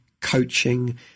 coaching